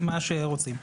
מה שרוצים.